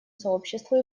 сообществу